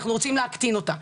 אנחנו רוצים להקטין אותה,